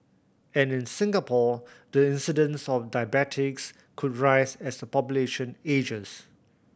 and in Singapore the incidence of diabetes could rise as the population ages